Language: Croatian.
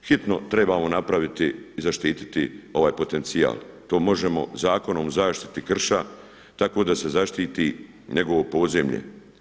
Hitno trebamo napraviti i zaštiti ovaj potencijal, to možemo Zakonom o zaštiti Krša tako da se zaštiti njegovo podzemlje.